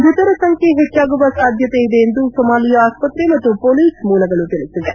ಮೃತರ ಸಂಖ್ಯೆ ಹೆಚ್ಚಾಗುವ ಸಾಧ್ಯತೆಯಿದೆ ಎಂದು ಸೊಮಾಲಿಯಾ ಆಸ್ಪತ್ರೆ ಮತ್ತು ಪೊಲೀಸ್ ಮೂಲಗಳು ತಿಳಿಸಿವೆ